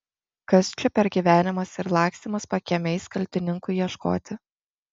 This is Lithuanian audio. kas čia per gyvenimas ir lakstymas pakiemiais kaltininkų ieškoti